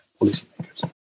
policymakers